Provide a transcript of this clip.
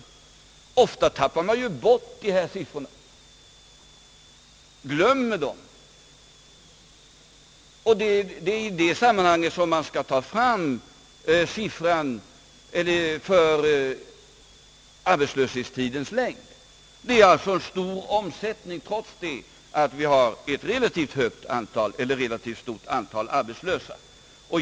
Ofta tappar man bort dessa siffror eller glömmer dem. Det är i det sammanhanget man skall beakta siffran för arbetstidens längd. Omsättningen är alltså stor, trots att vi har ett relativt stort antal arbetslösa.